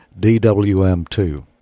DWM2